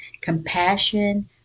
compassion